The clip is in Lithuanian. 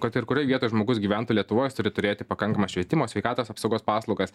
kad ir kurioj vietoj žmogus gyventų lietuvoj jis turi turėti pakankamą švietimo sveikatos apsaugos paslaugas